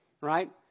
right